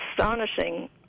astonishing